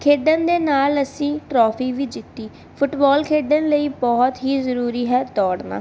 ਖੇਡਣ ਦੇ ਨਾਲ ਅਸੀਂ ਟਰੋਫੀ ਵੀ ਜਿੱਤੀ ਫੁੱਟਬਾਲ ਖੇਡਣ ਲਈ ਬਹੁਤ ਹੀ ਜ਼ਰੂਰੀ ਹੈ ਦੌੜਨਾ